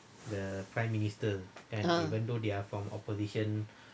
ah